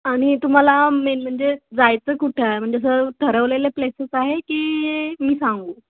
आणि तुम्हाला मेन म्हणजे जायचं कुठं आहे म्हणजे जर ठरवलेल्या प्लेसेस आहे की मी सांगू